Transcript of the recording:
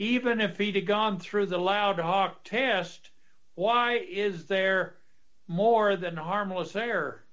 even if he to gone through the loud hawk test why is there more than a harmless